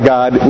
God